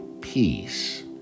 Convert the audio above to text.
peace